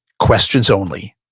questions only.